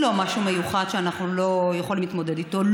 לא משהו מיוחד שאנחנו לא יכולים להתמודד איתו.